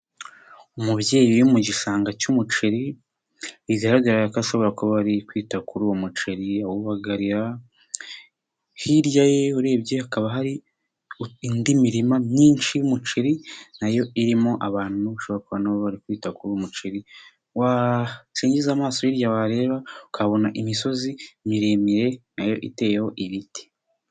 Umubyeyi uri mu gishanga cy'umuceri bigaragara ko ashobora kuba yari kwita kuri uwo muceri awubagarira, hirya ye urebye hakaba hari indi mirima myinshi y'umuceri, nayo irimo abantu bashobora kuba nabo bari kwita ku muceri, wasingiza amaso hirya wareba ukabona imisozi miremire nayo iteyeho ibiti.